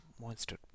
monster